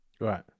Right